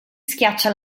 schiaccia